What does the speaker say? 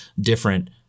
different